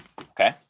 Okay